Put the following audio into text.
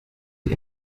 die